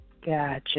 Gotcha